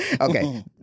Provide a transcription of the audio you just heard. okay